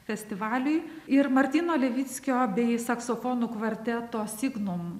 festivaliui ir martyno levickio bei saksofonų kvarteto signum